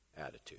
attitude